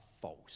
false